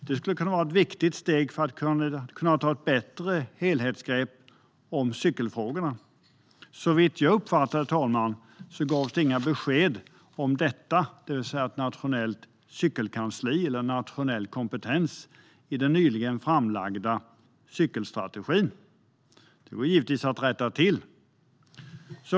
Det skulle kunna vara ett viktigt steg för att ta ett bättre helhetsgrepp om cykelfrågorna. Såvitt jag uppfattade, herr talman, gavs det inga besked om ett nationellt cykelkansli eller en nationell kompetens i den nyligen framlagda cykelstrategin. Det går givetvis att rätta till.